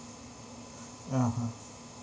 (uh huh)